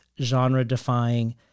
genre-defying